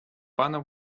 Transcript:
пана